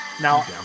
Now